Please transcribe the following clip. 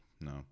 no